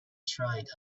tried